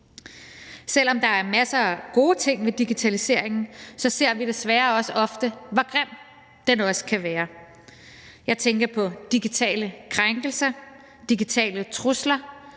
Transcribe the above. Selv om der er masser af gode ting ved digitaliseringen, ser vi desværre ofte, hvor grim den også kan være. Jeg tænker på digitale krænkelser, digitale trusler,